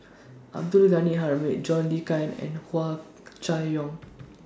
Abdul Ghani Hamid John Le Cain and Hua Chai Yong